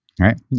right